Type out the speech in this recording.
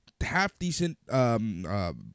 half-decent